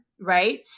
right